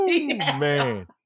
Man